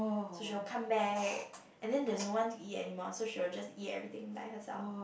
so she will come back and then there's no one to eat anymore so she will just eat everything by herself